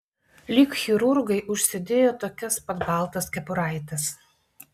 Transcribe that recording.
lyg chirurgai užsidėjo tokias pat baltas kepuraites